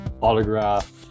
autograph